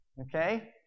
Okay